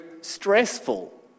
stressful